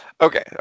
Okay